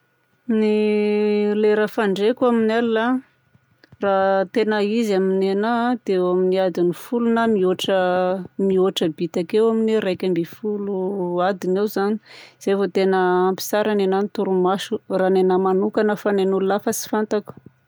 Ny lera fandriako amin'ny alina raha tegna izy amin'ny anahy dia eo amin'ny adiny folo na mihoatra, mihoatra bitaka eo, eo amin'ny raika ambin'ny folo adiny eo zany. Zay vao tegna ampy tsara ny anahy ny torimaso, raha ny anahy manokagna fa ny an'ologna hafa tsy fantako.